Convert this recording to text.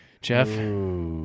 Jeff